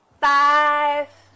five